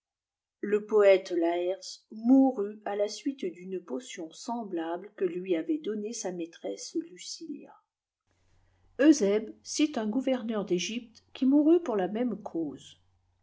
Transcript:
le poète laërce mourut à la suite d'une potion semblable que lui avait donnée sa maîtresse lucilia eusébe cite un gouverneur d'egypte qui mourut pour la même cause